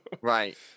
right